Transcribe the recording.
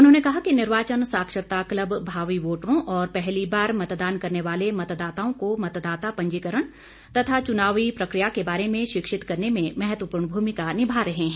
उन्होंने कहा कि निर्वाचन साक्षरता क्लब भावी वोटरों और पहली बार मतदान करने वाले मतदाताओं को मतदाता पंजीकरण तथा चुनावी प्रक्रिया के बारे में शिक्षित करने में महत्वपूर्ण भूमिका निभा रहे हैं